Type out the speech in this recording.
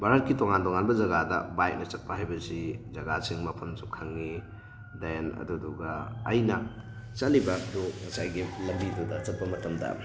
ꯕꯥꯔꯠꯀꯤ ꯇꯣꯉꯥꯟ ꯇꯣꯉꯥꯟꯕ ꯖꯒꯥꯗ ꯕꯥꯏꯛꯅ ꯆꯠꯄ ꯍꯥꯏꯕꯁꯤ ꯖꯒꯥꯁꯤꯡ ꯃꯐꯝꯁꯨ ꯈꯪꯉꯤ ꯗꯦꯟ ꯑꯗꯨꯗꯨꯒ ꯑꯩꯅ ꯆꯠꯂꯤꯕꯗꯨ ꯉꯁꯥꯏꯒꯤ ꯂꯝꯕꯤꯗꯨꯗ ꯆꯠꯄ ꯃꯇꯝꯗ